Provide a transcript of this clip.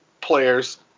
players